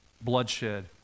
bloodshed